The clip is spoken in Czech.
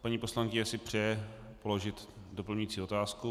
Paní poslankyně si přeje položit doplňující otázku.